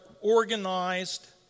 organized